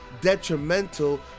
detrimental